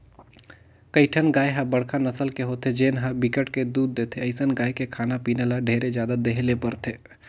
कइठन गाय ह बड़का नसल के होथे जेन ह बिकट के दूद देथे, अइसन गाय के खाना पीना ल ढेरे जादा देहे ले परथे